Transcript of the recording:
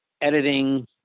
editing